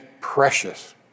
precious